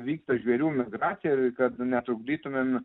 vyksta žvėrių migracija ir kad netrukdytumėm